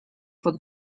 pod